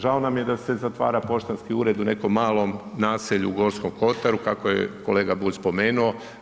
Žao nam je da se zatvara poštanski ured u nekom malom naselju u Gorskom kotaru, kako je kolega Bulj spomenuo.